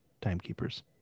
timekeepers